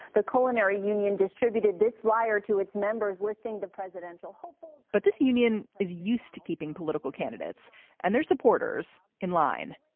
the culinary union distributed this flyer to its members, listing the presidential hopefuls but this union is used to keeping political candidates and their supporters in line.